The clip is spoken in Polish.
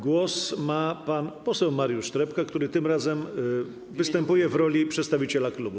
Głos ma pan poseł Mariusz Trepka, który tym razem występuje w roli przedstawiciela klubu.